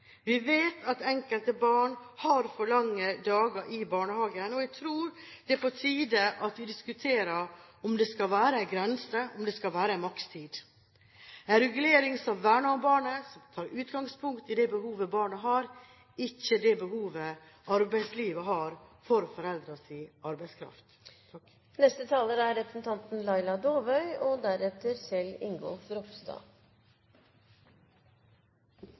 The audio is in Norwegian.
Vi vet at enkelte barn har for lange dager i barnehagen, og jeg tror det er på tide at vi diskuterer om det skal være en grense, om det skal være en makstid – en regulering som verner om barnet, som tar utgangspunkt i det behovet som barnet har, ikke det behovet arbeidslivet har for foreldrenes arbeidskraft.